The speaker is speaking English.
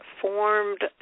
formed